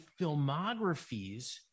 filmographies